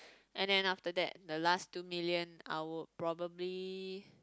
and then after that the last two million I will probably